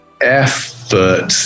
effort